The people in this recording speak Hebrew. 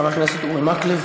חבר הכנסת אורי מקלב.